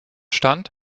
stand